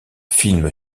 film